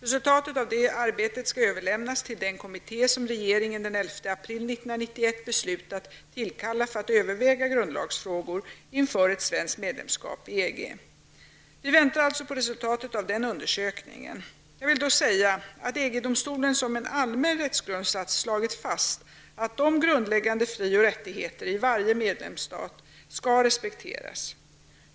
Resultatet av det arbetet skall överlämnas till den kommitté som regeringen den 11 april 1991 beslutat tillkalla för att överväga grundlagsfrågor inför ett svenskt medlemskap i Vi väntar alltså på resultatet av den undersökningen. Jag vill dock säga att EG domstolen som en allmän rättsgrundsats slagit fast att de grundläggande fri och rättigheterna i varje medlemsstat skall respekteras.